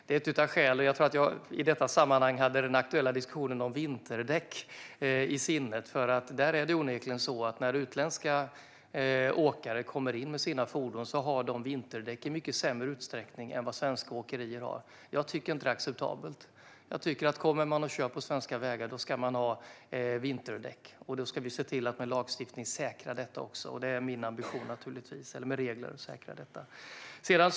Det är ett av skälen till att jag i detta sammanhang hade den aktuella diskussionen om vinterdäck i sinnet. Det är onekligen så att när utländska åkare kommer in med sina fordon har de vinterdäck i mycket mindre utsträckning än vad svenska åkerier har. Jag tycker inte att det är acceptabelt. Om man kommer och kör på svenska vägar ska man ha vinterdäck, och vi ska se till att med lagstiftning och regler säkra detta. Det är naturligtvis min ambition.